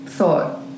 thought